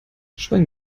schwein